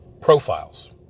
profiles